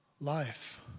life